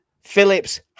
Phillips